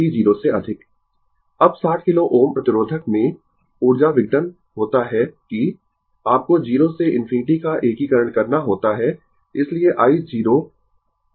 Refer Slide Time 1214 अब 60 किलो Ω प्रतिरोधक में ऊर्जा विघटन होता है कि आपको 0 से ∞ का एकीकरण करना होता है इसलिए i 0 वर्ग t इनटू R